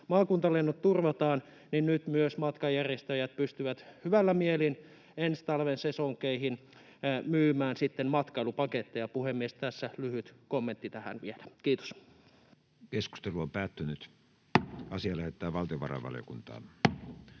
maakuntalennot turvataan, niin nyt myös matkanjärjestäjät pystyvät hyvällä mielin ensi talven sesonkeihin myymään matkailupaketteja. Puhemies! Tässä lyhyt kommentti tähän vielä. — Kiitos. Lähetekeskustelua varten esitellään päiväjärjestyksen